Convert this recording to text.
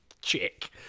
chick